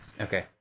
Okay